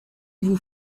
vous